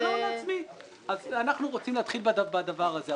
אנחנו רוצים להתחיל בדבר הזה.